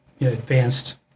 advanced